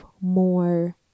more